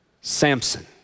samson